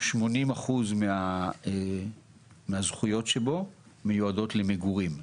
80% מהזכויות שבו מיועדות למגורים.